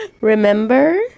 Remember